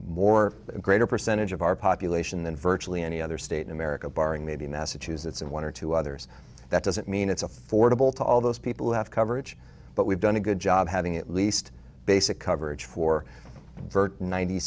more a greater percentage of our population than virtually any other state in america barring maybe massachusetts and one or two others that doesn't mean it's affordable to all those people who have coverage but we've done a good job having at least basic coverage for burton ninety